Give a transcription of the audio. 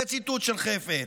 זה ציטוט של חפץ,